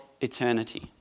eternity